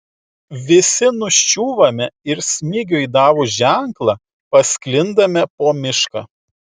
visi nuščiūvame ir smigiui davus ženklą pasklindame po mišką